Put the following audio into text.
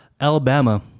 Alabama